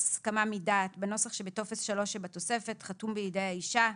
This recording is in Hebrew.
הסכמה מדעת בנוסח שבטופס 3 שבתוספת חתום בידי האשה,